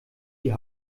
die